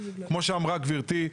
כמו שאמרה גברתי,